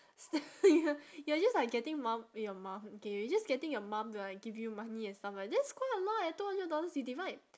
you're just like getting mum your mum K you're just getting your mum to like give you money and stuff like that's quite a lot eh two hundred dollars you divide